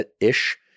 ish